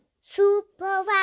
Super